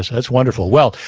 that's wonderful. well,